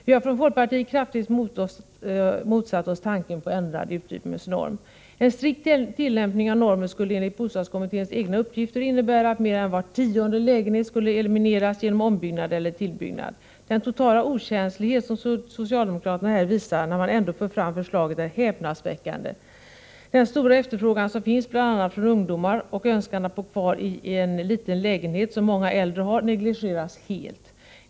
Vi har från folkpartiet kraftigt motsatt oss tanken på ändrad utrymmesnorm. En strikt tillämpning av normen skulle enligt bostadskommitténs egna uppgifter innebära att mer än var tionde lägenhet skulle elimineras genom ombyggnad eller tillbyggnad. Den totala okänslighet som socialdemokraterna visar när de ändå för fram förslaget är häpnadsväckande. Den stora efterfrågan som finns, bl.a. från ungdomar, och önskemålet att bo kvar även i en liten lägenhet, som många äldre har, negligeras helt.